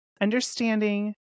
understanding